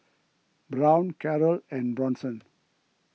Brown Carroll and Bronson